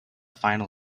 final